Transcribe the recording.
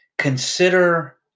consider